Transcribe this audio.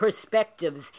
perspectives